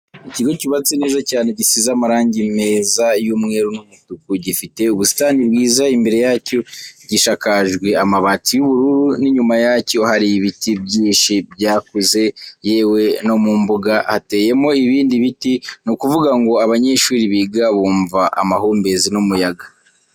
Ikigo cyubatse neza cyane gisize amarangi meza y,umweru n,umutuku gifite ubusitani bwiza imbere yacyo gishakajwe amabati y,ubururu ninyuma yacyo hari biti byinshi byakuze yewe nomumbuga hateyemo ibindi biti nukuvuga ngo abanyeshuri biga bumva amahumbezi numuyaga.